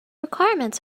requirements